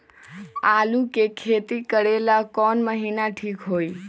आलू के खेती करेला कौन महीना ठीक होई?